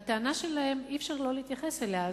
הטענה שלהם, אי-אפשר לא להתייחס אליה.